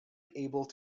able